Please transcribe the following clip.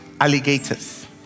alligators